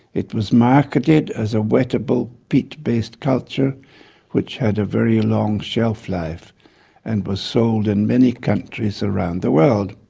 it was marketed as a wettable peat based culture which had a very long shelf life and was sold in many countries around the world.